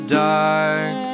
dark